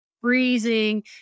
freezing